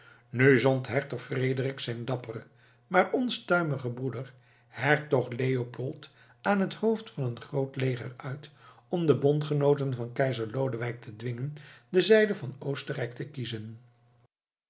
nu zond hertog frederik zijn dapperen maar onstuimigen broeder hertog leopold aan het hoofd van een groot leger uit om de bondgenooten van keizer lodewijk te dwingen de zijde van oostenrijk te kiezen